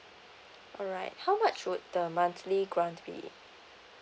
alright how much would the monthly grant be